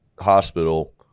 hospital